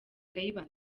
kayibanda